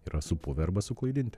yra supuvę arba suklaidinti